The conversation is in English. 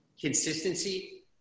Consistency